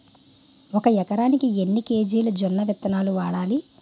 ఒక ఎకరానికి ఎన్ని కేజీలు జొన్నవిత్తనాలు వాడాలి?